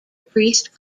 priest